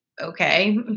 okay